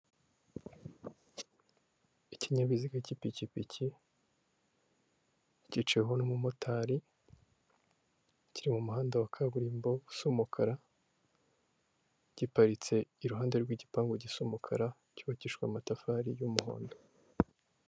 Ikinyabiziga k'ipikipiki, kicaweho n'umumotari kiri mu muhanda wa kaburimbo usa umukara, giparitse iruhande rw'igipangu gisa umukara cyubakishijwe amatafari y'umuhondo.